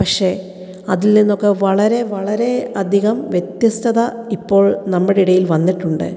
പക്ഷെ അതിൽ നിന്നൊക്കെ വളരെ വളരെ അധികം വ്യത്യസ്തത ഇപ്പോൾ നമ്മുടെ ഇടയിൽ വന്നിട്ടുണ്ട്